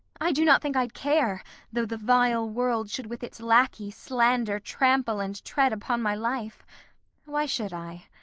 i do not think i'd care though the vile world should with its lackey slander trample and tread upon my life why should i?